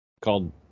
called